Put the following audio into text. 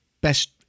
best